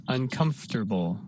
Uncomfortable